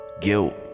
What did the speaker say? guilt